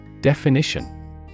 Definition